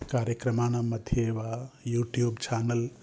कार्यक्रमाणां मध्ये वा यूट्यूब् चानल्